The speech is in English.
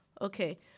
Okay